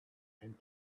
and